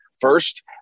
first